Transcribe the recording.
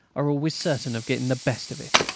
are always certain of getting the best of it.